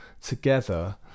together